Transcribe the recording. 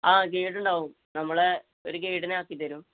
ആ ഗൈഡുണ്ടാകും നമ്മുടെ ഒരു ഗൈഡിനെ ആക്കിത്തരും